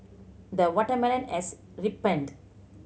the watermelon has ripened